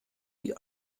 die